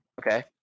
Okay